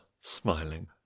smiling